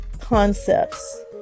Concepts